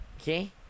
okay